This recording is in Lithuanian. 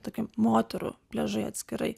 tokie moterų pliažai atskirai